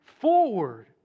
forward